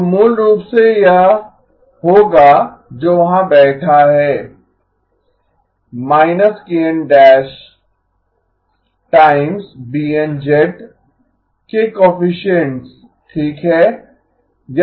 तो मूल रूप से यह होगा जो वहां बैठा है टाइम्स BN के कोएफिसिएन्ट्स ठीक हैं